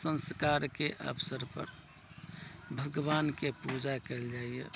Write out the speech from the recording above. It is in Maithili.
संस्कार के अवसर पर भगवान के पूजा कयल जाइया